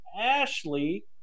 Ashley